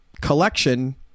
collection